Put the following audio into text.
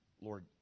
Lord